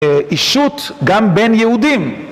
אישות גם בין יהודים